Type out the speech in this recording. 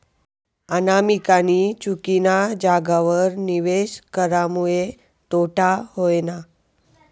अनामिकानी चुकीना जागावर निवेश करामुये तोटा व्हयना